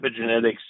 epigenetics